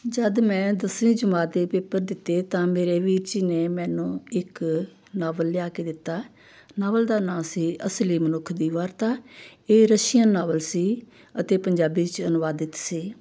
ਜਦ ਮੈਂ ਦਸਵੀਂ ਜਮਾਤ ਦੇ ਪੇਪਰ ਦਿੱਤੇ ਤਾਂ ਮੇਰੇ ਵੀਰ ਜੀ ਨੇ ਮੈਨੂੰ ਇੱਕ ਨਾਵਲ ਲਿਆ ਕੇ ਦਿੱਤਾ ਨਾਵਲ ਦਾ ਨਾਂ ਸੀ ਅਸਲੀ ਮਨੁੱਖ ਦੀ ਵਾਰਤਾ ਇਹ ਰਸ਼ੀਅਨ ਨਾਵਲ ਸੀ ਅਤੇ ਪੰਜਾਬੀ 'ਚ ਅਨੁਵਾਦਿਤ ਸੀ